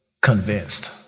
convinced